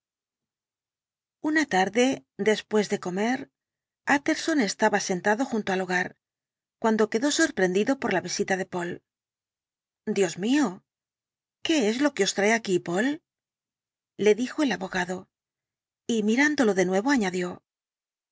una tarde después de comer tjtterson estaba sentado junto al hogar cuando quedó sorprendido por la visita de poole dios mío qué es lo que os trae aquí poole le dijo el abogado y mirándolo de nuevo añadió